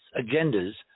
agendas